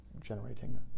generating